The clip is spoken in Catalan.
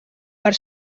per